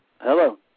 Hello